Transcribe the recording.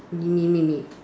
me me me me